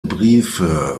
briefe